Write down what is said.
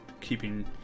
keeping